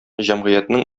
җәмгыятьнең